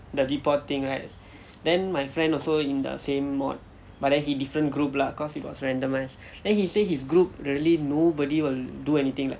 the report thing right then my friend also in the same module but then he different group lah cause it was randomized then he say his group really nobody want to do anything like